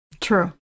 True